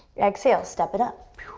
exhale, step it up.